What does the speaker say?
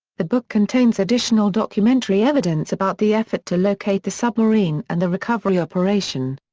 the book contains additional documentary evidence about the effort to locate the submarine and the recovery operation.